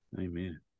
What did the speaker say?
Amen